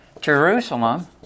Jerusalem